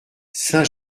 saint